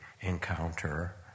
encounter